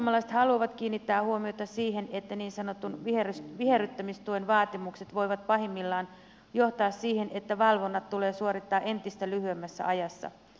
perussuomalaiset haluavat kiinnittää huomiota siihen että niin sanotun viherryttämistuen vaatimukset voivat pahimmillaan johtaa siihen että valvonnat tulee suorittaa entistä lyhyemmässä ajassa